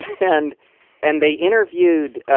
and and they interviewed,